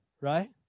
right